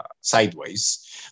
sideways